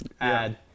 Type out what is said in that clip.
add